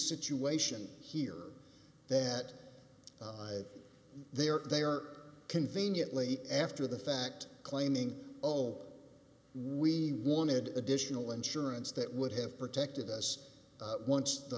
situation here that they are there conveniently after the fact claiming oh we wanted additional insurance that would have protected us once the